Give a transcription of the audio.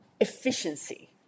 efficiency